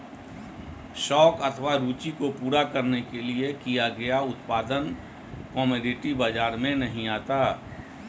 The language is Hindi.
शौक अथवा रूचि को पूरा करने के लिए किया गया उत्पादन कमोडिटी बाजार में नहीं आता